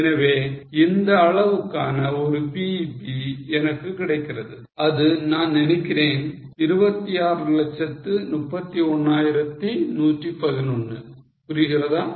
எனவே இந்த அளவுக்கான ஒரு BEP எனக்கு கிடைக்கிறது அது நான் நினைக்கிறேன் 2631111 புரிகிறதா